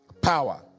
power